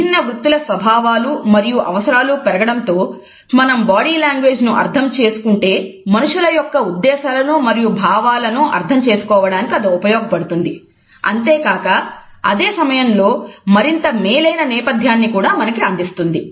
విభిన్న వృత్తుల స్వభావాలు మరియు అవసరాలు పెరగడంతో మనం బాడీ లాంగ్వేజ్ను అర్థం చేసుకుంటే మనుషుల యొక్క ఉద్దేశాలను మరియు భావాలను అర్థం చేసుకోవడానికి అది ఉపయోగపడుతుంది అంతేకాక అదే సమయంలో మరింత మేలైన నేపథ్యాన్ని కూడా మనకు అందిస్తుంది